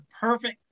perfect